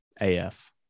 AF